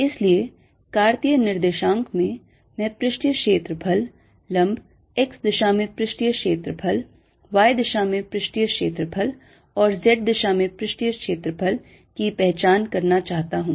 इसलिए कार्तीय निर्देशांक में मैं पृष्ठीय क्षेत्रफल लम्ब x दिशा में पृष्ठीय क्षेत्रफल y दिशा में पृष्ठीय क्षेत्रफल और z दिशा में पृष्ठीय क्षेत्रफल की पहचान करना चाहता हूं